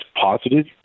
positive